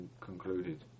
concluded